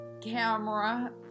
camera